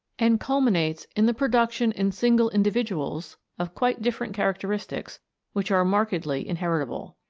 and culminates in the pro duction in single individuals of quite different characteristics which are markedly inheritable.